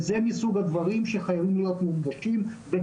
זה מסוג הדברים שחייבים להיות מונגשים והם